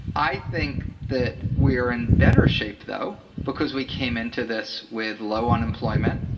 i think that we are in better shape though because we came into this with low unemployment,